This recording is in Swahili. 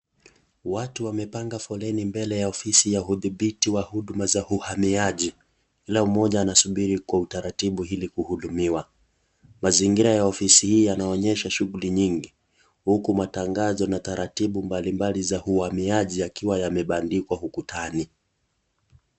Watu wamepanga foleni mbele ya ofisi ya uthinbiti wa huduma za uhamiaji. Kila mmoja anasubiri kwa utaratibu ili kuhudumia. Mazingira ya ofisi hii yanaonyesha shughuli nyingi, huku matangazo na taratibu mbali mbali za uhamiaji yakiwa yamebandikwa ukutani.